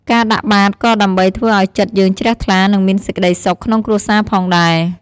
ការដាក់បាតក៏ដើម្បីធ្វើឱ្យចិត្តយើងជ្រះថ្លានិងមានសេចក្ដីសុខក្នុងគ្រួសារផងដែរ